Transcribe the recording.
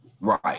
Right